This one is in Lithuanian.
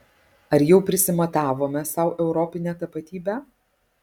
ar jau prisimatavome sau europinę tapatybę